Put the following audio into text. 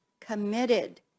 committed